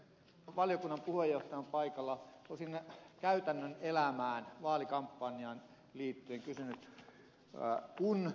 kun valiokunnan puheenjohtaja on paikalla olisin käytännön elämään ja vaalikampanjaan liittyen kysynyt